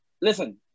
Listen